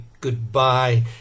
goodbye